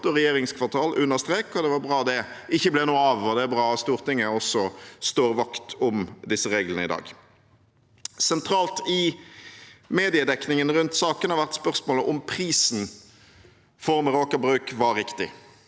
og regjeringskvartal under strek. Det var bra det ikke ble noe av, og det er bra at Stortinget også står vakt om disse reglene i dag. Sentralt i mediedekningen rundt saken har vært spørsmålet om prisen for Meraker Brug var riktig.